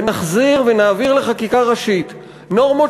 ונחזיר ונעביר לחקיקה ראשית נורמות